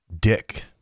dick